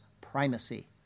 primacy